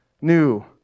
new